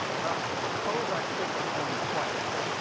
well, suppose i flip the coin twice,